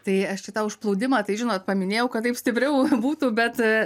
tai aš čia tą užplūdimą tai žinot paminėjau kad taip stipriau būtų bet